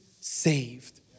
saved